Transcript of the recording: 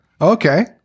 Okay